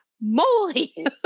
moly